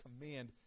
command